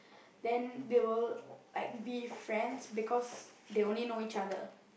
then they will like be friends because they only know each other